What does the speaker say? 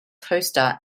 toaster